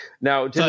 Now